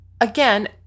again